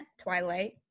Twilight